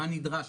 מה נדרש,